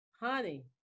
honey